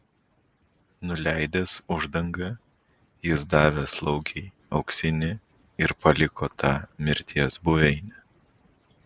nuleidęs uždangą jis davė slaugei auksinį ir paliko tą mirties buveinę